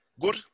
good